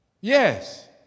Yes